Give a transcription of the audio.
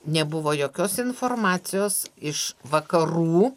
nebuvo jokios informacijos iš vakarų